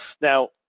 Now